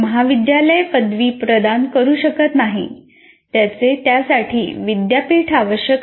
महाविद्यालय पदवी प्रदान करू शकत नाही त्याचे त्यासाठी विद्यापीठ आवश्यक आहे